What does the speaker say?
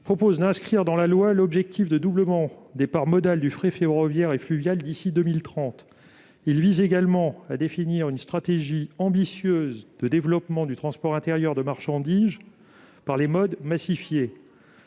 article inscrit dans la loi l'objectif du doublement des parts modales du fret ferroviaire et fluvial d'ici à 2030. Il définit également « une stratégie ambitieuse de développement du transport intérieur de marchandises par les modes massifiés